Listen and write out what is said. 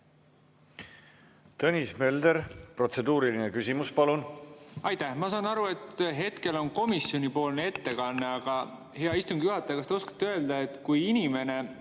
Tõnis Mölder, protseduuriline küsimus, palun! Aitäh! Ma saan aru, et hetkel on komisjoni ettekanne. Hea istungi juhataja, kas te oskate öelda, et kui inimene,